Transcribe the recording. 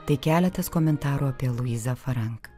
tai keletas komentarų apie luizą farank